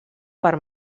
per